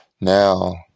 Now